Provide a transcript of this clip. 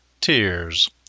tears